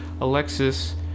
alexis